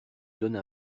donnes